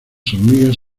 hormigas